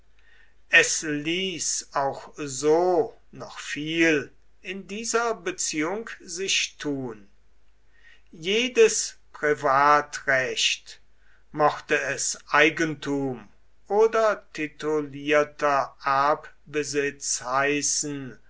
es ließ auch so noch viel in dieser beziehung sich tun jedes privatrecht mochte es eigentum oder titulierter erbbesitz heißen